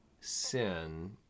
sin